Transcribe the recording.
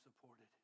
supported